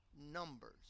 numbers